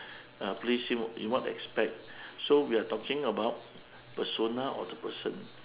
ah please him in what aspect so we are talking about persona of the person